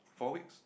four weeks